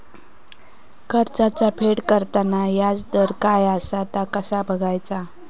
कर्जाचा फेड करताना याजदर काय असा ता कसा बगायचा?